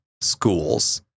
schools